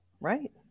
right